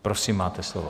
Prosím, máte slovo.